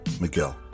Miguel